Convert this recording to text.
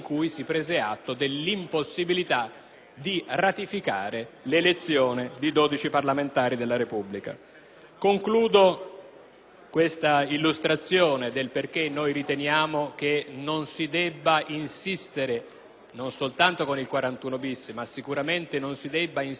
di ratificare l'elezione di 12 parlamentari della Repubblica. Concludo l'illustrazione del perché riteniamo che non si debba insistere non soltanto con il 41-*bis*, ma sicuramente nel proporre come misura